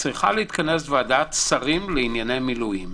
צריכה להתכנס ועדת שרים לענייני מילואים.